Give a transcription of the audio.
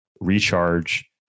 recharge